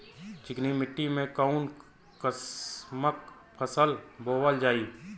चिकनी मिट्टी में कऊन कसमक फसल बोवल जाई?